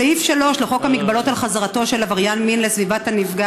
סעיף 3 לחוק המגבלות על חזרתו של עבריין מין לסביבת נפגע